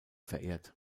verehrt